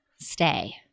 stay